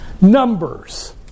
numbers